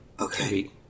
Okay